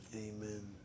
amen